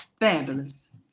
Fabulous